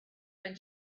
when